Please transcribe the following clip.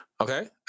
okay